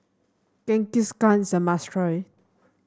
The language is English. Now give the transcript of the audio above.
jingisukan is a must try